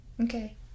Okay